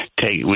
take